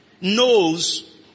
knows